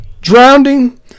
drowning